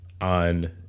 on